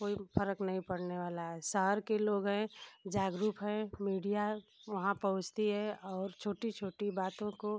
कोई फ़र्क नहीं पड़ने वाला है शहर के लोग हैं जागरूक हैं मीडिया वहाँ पहुँचती है और छोटी छोटी बातों को